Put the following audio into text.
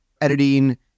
editing